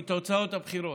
מתוצאות הבחירות.